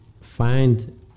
find